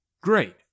Great